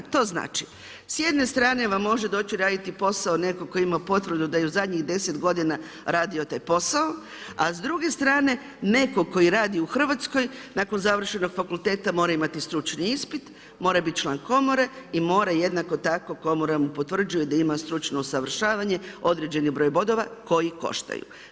To znači, s jedne strane vam može doći raditi posao netko tko ima potvrdu da je u zadnjih 10 godina radio taj posao, a s druge strane netko koji radi u RH nakon završenog fakulteta mora imati stručni ispit, mora biti član komore i mora jednako tako komora mu potvrđuje da ima stručno usavršavanje, određeni broj bodova koji koštaju.